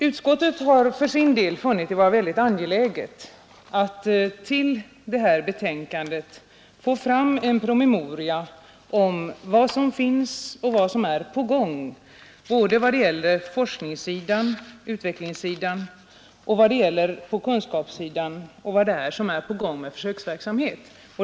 Utskottet har för sin del funnit det angeläget att till betänkandet foga en promemoria om vad som finns och vad som är på gång när det gäller forskningssidan, utvecklingssidan, kunskapssidan och försöksverksamheten.